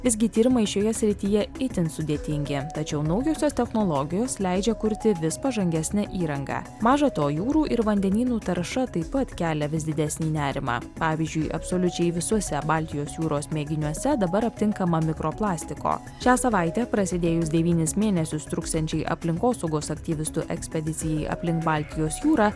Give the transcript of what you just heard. visgi tyrimai šioje srityje itin sudėtingi tačiau naujosios technologijos leidžia kurti vis pažangesnę įrangą maža to jūrų ir vandenynų tarša taip pat kelia vis didesnį nerimą pavyzdžiui absoliučiai visuose baltijos jūros mėginiuose dabar aptinkama mikroplastiko šią savaitę prasidėjus devynis mėnesius truksiančiai aplinkosaugos aktyvistų ekspedicijai aplink baltijos jūrą